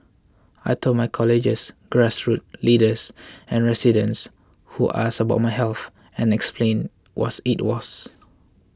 I told my colleagues grassroots leaders and residents who asked about my health and explained was it was